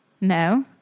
No